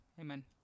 amen